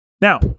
Now